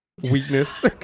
weakness